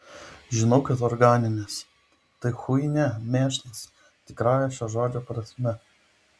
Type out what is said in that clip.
žinau kad organinės tai chuinia mėšlas tikrąja šio žodžio prasme